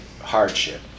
hardship